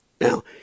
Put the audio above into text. Now